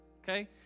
okay